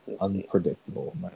Unpredictable